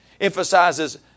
emphasizes